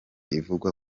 kivugwa